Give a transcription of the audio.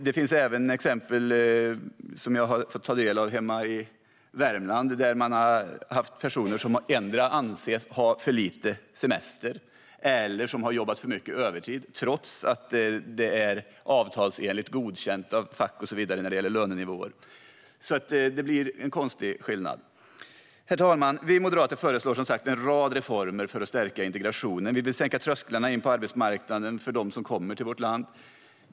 Jag har även fått ta del av berättelser hemma i Värmland om personer som har ansetts ha för lite semester eller som har jobbat för mycket övertid, trots att lönenivåer och annat är godkända enligt avtal av facket och så vidare. Det blir alltså en konstig skillnad. Herr talman! Vi moderater föreslår som sagt en rad reformer för att stärka integrationen. Vi vill sänka trösklarna in till arbetsmarknaden för dem som kommer till vårt land.